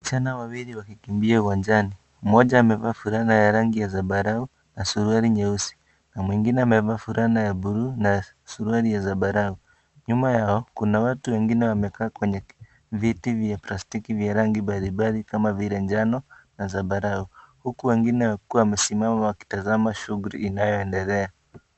Vijana wawili Wakikimbia uwanjani, mmoja amevaa fulana ya rangi ya zambarao na suruali nyeusi na mwingine amevaa fulana ya bluu na suruali ya zambarao . Nyuma yao kuna watu wengine wamekaa Kwenye viti vya plastiki vya rangi mbalimbali kama vile la njano na zambarao . Huku wengine wakiwa wamesimama wakitazama shughuli inayoendelea.